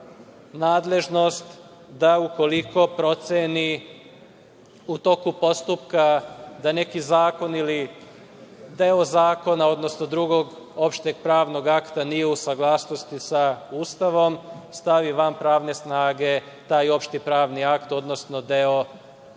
nadležnost da ukoliko proceni u toku postupka da neki zakon ili deo zakona, odnosno drugog opšteg pravnog akta nije u saglasnosti sa Ustavom, stavi van pravne snage taj opšti pravni akt, odnosno deo